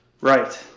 Right